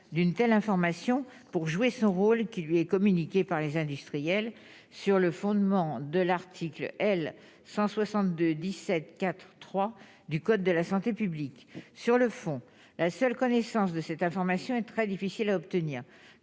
d'une telle information pour jouer son rôle qui lui est communiqué par les industriels, sur le fondement de l'article L 162 17 4 3 du code de la santé publique sur le fond, la seule connaissance de cette information est très difficile à obtenir